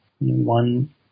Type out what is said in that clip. One